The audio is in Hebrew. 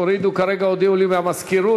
כרגע הודיעו לי מהמזכירות.